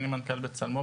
אני מנכ"ל "בצלמו".